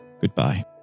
goodbye